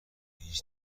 هیچ